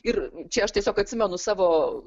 ir čia aš tiesiog atsimenu savo